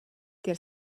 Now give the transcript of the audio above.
tier